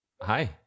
Hi